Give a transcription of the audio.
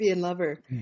lover